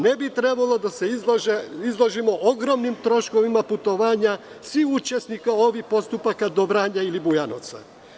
Ne bi trebalo da se izlažemo ogromnim troškovima putovanja svih učesnika ovih postupaka do Vranja ili Bujanovca.